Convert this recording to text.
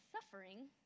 suffering